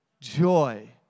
joy